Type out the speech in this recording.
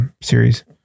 series